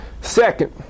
Second